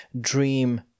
dream